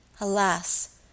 Alas!—